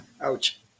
Ouch